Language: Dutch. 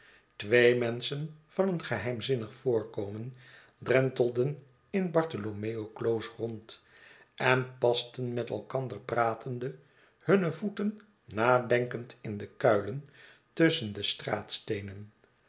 twee menschen van een geheimzinnig voorkomen drenteiden in bartholomew close rond en pasten met elkander pratende hunne voeten nadenkend in de kuilen tusschen de straatsteenen